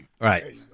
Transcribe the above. Right